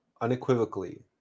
unequivocally